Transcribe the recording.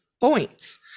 points